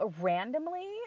Randomly